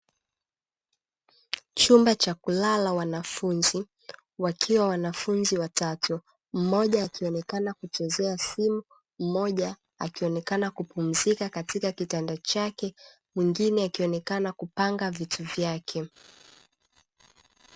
Chumba cha kulala wanafunzi wakiwa wanafunzi watatu mmoja akionekana kuchezea simu, mmoja akionekana kupumzika katika kitanda chake mwingine akionekana kupanga vitu vyake.